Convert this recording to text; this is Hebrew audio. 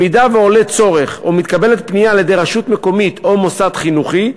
אם עולה צורך או מתקבלת פנייה מרשות מקומית או ממוסד חינוכי,